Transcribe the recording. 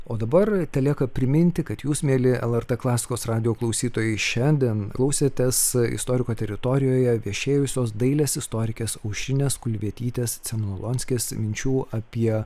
o dabar telieka priminti kad jūs mieli lrt klasikos radijo klausytojai šiandien klausėtės istoriko teritorijoje viešėjusios dailės istorikės aušrinės kulvietytės cemnolonskės minčių apie